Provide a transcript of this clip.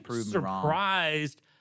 surprised